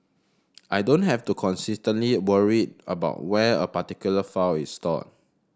I don't have to constantly worry about where a particular file is stored